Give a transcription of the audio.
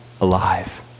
alive